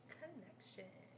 connection